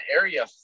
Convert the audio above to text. area